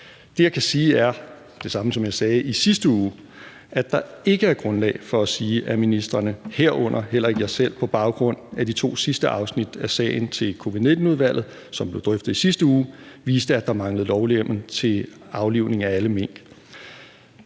uge, nemlig at der ikke er grundlag for at sige, at ministrene – herunder mig selv – på baggrund af de to sidste afsnit af sagen i forbindelse med covid-19-udvalget, som blev drøftet i sidste uge, vidste, at der manglede lovhjemmel til aflivning af alle mink.